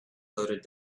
loaded